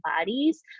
Bodies